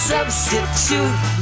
Substitute